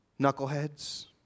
knuckleheads